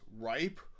ripe